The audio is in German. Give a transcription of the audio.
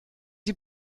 die